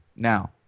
Now